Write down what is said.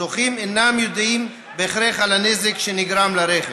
זוכים אינם יודעים בהכרח על הנזק הנגרם לרכב,